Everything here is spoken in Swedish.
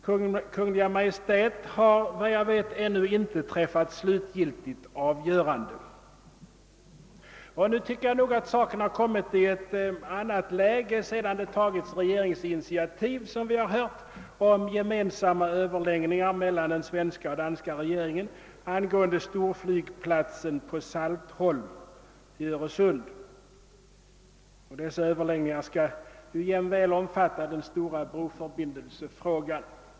Kungl. Maj:t har efter vad jag vet ännu inte träffat slutgiltigt avgörande. Frågan har enligt min mening kommit i ett annat läge sedan det tagits regeringsinitiativ om gemensamma Över läggningar mellan den svenska och den danska regeringen angående storflygplatsen på Saltholm i Öresund. Dessa överläggningar skall jämväl omfatta frågan om broförbindelsen där.